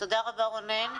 תודה רבה רונן.